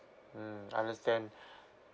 mm understand